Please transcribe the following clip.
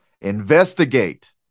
investigate